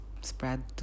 spread